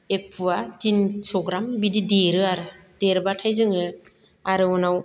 एक फुवा थिनस'ग्राम बिदि देरो आरो देरब्लाथाय जोङो आरो उनाव